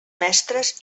mestres